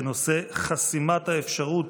בנושא: חסימת האפשרות